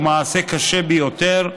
הוא מעשה קשה ביותר,